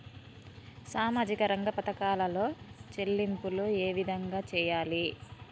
సామాజిక రంగ పథకాలలో చెల్లింపులు ఏ విధంగా చేయాలి?